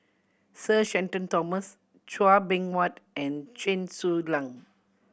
Sir Shenton Thomas Chua Beng Huat and Chen Su Lan